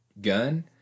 gun